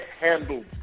handle